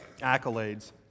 accolades